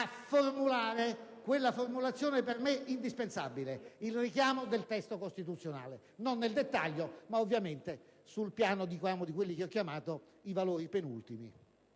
a proporre quella formulazione per me indispensabile: il richiamo del testo costituzionale, non nel dettaglio, ma sul piano di quelli che ho chiamato i valori penultimi.